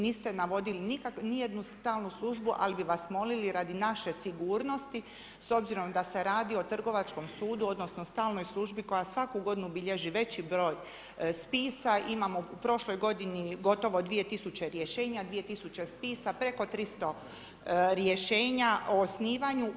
Niste navodili nijednu stalnu službu, ali bi vas molili radi naše sigurnosti s obzirom da se radi o trgovačkom sudu odnosno o stalnoj službi koja svaku godinu bilježi veći broj spisa, imamo u prošloj godini gotovo 2 tisuće rješenja, 2 tisuće spisa, preko 300 rješenja o osnivanju.